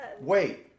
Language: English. Wait